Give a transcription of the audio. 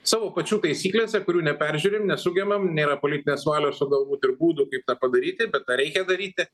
savo pačių taisyklėse kurių neperžiūrim nesugebam nėra politinės valios o galbūt ir būdų kaip tą padaryti bet tą reikia daryti